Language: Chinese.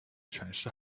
全市